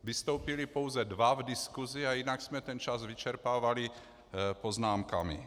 Vystoupili pouze dva v diskusi a jinak jsme ten čas vyčerpávali poznámkami.